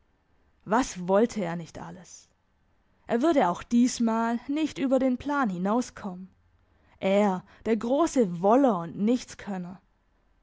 was wollte er nicht alles er würde auch diesmal nicht über den plan hinauskommen er der grosse woller und